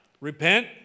Repent